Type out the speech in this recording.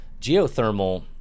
Geothermal